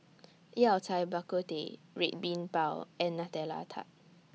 Yao Cai Bak Kut Teh Red Bean Bao and Nutella Tart